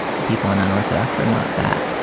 the people in unorthodox are not that.